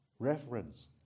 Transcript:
Reference